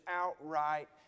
outright